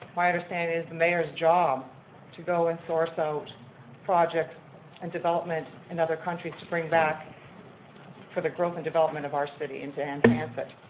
my understanding is it's the mayor's job to go and source out projects and development in other countries to bring back for the growth and development of our city and to enhance it.